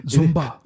Zumba